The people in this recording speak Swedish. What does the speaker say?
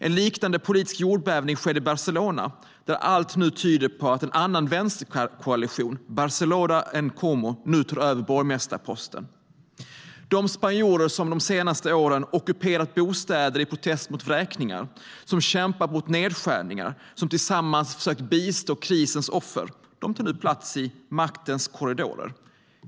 En liknande politisk jordbävning skedde i Barcelona, där allt nu tyder på att en annan vänsterkoalition, Barcelona en Comú, nu tar över borgmästarposten. De spanjorer som de senaste åren har ockuperat bostäder i protest mot vräkningar, som har kämpat mot nedskärningar och tillsammans har försökt bistå krisens offer tar nu plats i maktens korridorer.